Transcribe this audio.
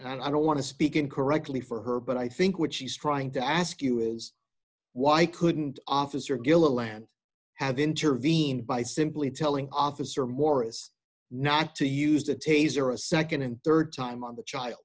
and i don't want to speak in correctly for her but i think what she's trying to ask you is why couldn't officer deland have intervened by simply telling officer morris not to use the taser a nd and rd time on the child